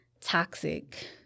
toxic